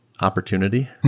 Opportunity